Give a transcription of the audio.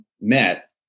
met